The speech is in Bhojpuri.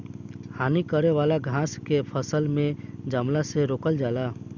हानि करे वाला घास के फसल में जमला से रोकल जाला